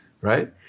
right